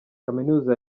kaminuza